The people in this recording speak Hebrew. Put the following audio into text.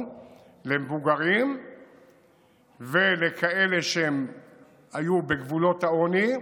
למבוגרים ולכאלה שהיו בגבולות העוני,